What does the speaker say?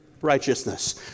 righteousness